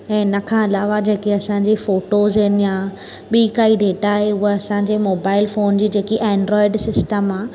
ऐं इन खां अलावा जेके असांजी फोटोज़ आहिनि या बीं काई डेटा आहे उहा असांजे मोबाइल फ़ोन जी जेकी एंड्रॉइड सिस्टम आहे